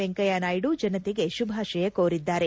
ವೆಂಕಯ್ಯನಾಯ್ಡ ಜನತೆಗೆ ಶುಭಾಶಯ ಕೋರಿದ್ದಾರೆ